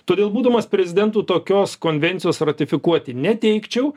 todėl būdamas prezidentu tokios konvencijos ratifikuoti neteigčiau